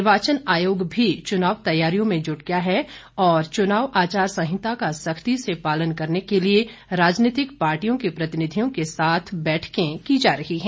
निर्वाचन आयोग भी चुनाव तैयारियों में जुट गया है और च्नाव आचार संहिता का सख्ती से पालन करने के लिए राजनीतिक पार्टियों के प्रतिनिधियों के साथ बैठकें की जा रही हैं